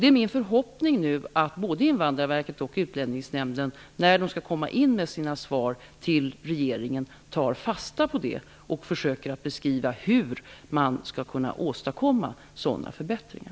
Det är nu min förhoppning att både Invandrarverket och Utlänningsnämnden tar fasta på detta när de skall komma in med sina svar till regeringen och att de försöker beskriva hur man skall åstadkomma sådana förbättringar.